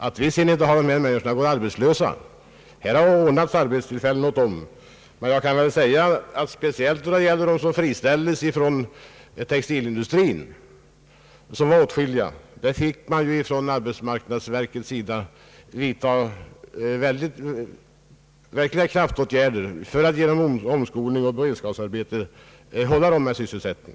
Att sedan inte alla dessa människor går arbetslösa beror på att det ordnats arbetstillfällen åt dem. Men att speciellt när det gäller de många som friställdes inom textilindustrin fick arbetsmarknadsverket vidtaga verkliga kraftåtgärder för att genom omskolning och beredskapsarbete skaffa dem sysselsättning.